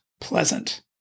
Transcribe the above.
pleasant